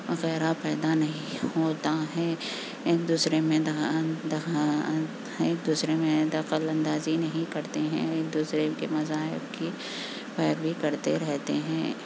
وغیرہ پیدا نہیں ہوتا ہے ایک دوسرے میں ایک دوسرے میں دخل اندازی نہیں کرتے ہیں ایک دوسرے کے مذاہب کی پیروی کرتے رہتے ہیں